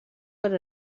per